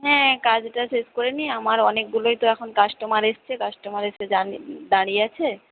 হ্যাঁ কাজটা শেষ করে নিই আমার অনেকগুলোই তো এখন কাস্টমার এসছে কাস্টমার এসে দাঁড়িয়ে আছে